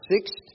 sixth